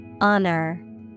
Honor